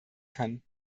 kann